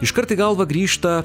iškart į galvą grįžta